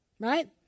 Right